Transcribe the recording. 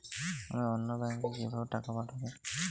আমি অন্য ব্যাংকে কিভাবে টাকা পাঠাব?